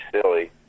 silly